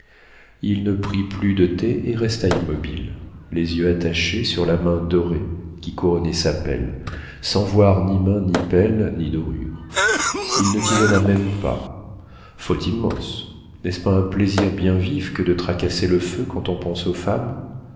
il ne prit plus de thé et resta immobile les yeux attachés sur la main dorée qui couronnait sa pelle sans voir ni main ni pelle ni dorure il ne tisonna même pas faute immense n'est-ce pas un plaisir bien vif que de tracasser le feu quand on pense aux femmes